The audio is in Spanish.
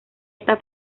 está